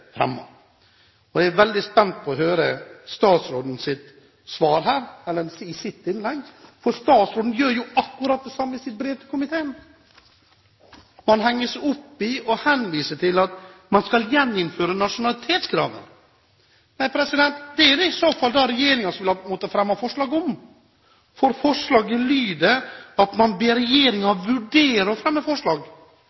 ikke fremmet. Jeg er veldig spent på å høre statsrådens innlegg her, for statsråden gjør akkurat det samme i sitt brev til komiteen. Man henger seg opp i og henviser til at man skal gjeninnføre nasjonalitetskravet. Nei, det er det i så fall regjeringen som ville ha måttet fremme forslag om. For forslaget lyder «ber regjeringen vurdere å fremme forslag», nettopp slik at